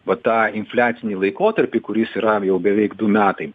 va tą infliacinį laikotarpį kuris yra jau beveik du metai